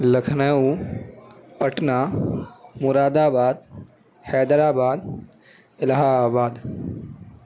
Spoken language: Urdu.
لکھنؤ پٹنہ مراد آباد حیدر آباد الہ آباد